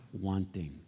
wanting